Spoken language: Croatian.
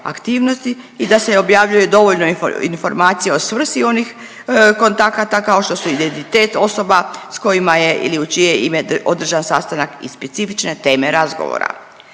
aktivnosti i da se objavljuje dovoljno informacija o svrsi onih kontakata kao što su identitet osoba s kojima je ili u čije je ime održan sastanak i specifične teme razgovora.